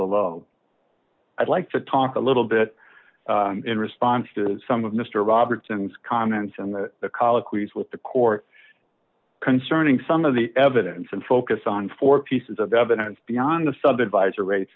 below i'd like to talk a little bit in response to some of mr robertson's comments and the colloquy with the court concerning some of the evidence and focus on four pieces of evidence beyond the sub advisor rates